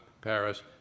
Paris